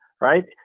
right